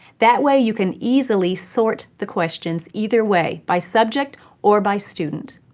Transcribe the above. that way you can easily sort the questions either way by subject or by student.